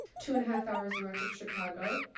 two and a half hours north of chicago.